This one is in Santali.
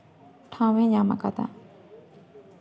ᱴᱷᱟᱶᱮ ᱧᱟᱢ ᱟᱠᱟᱫᱟ